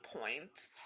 points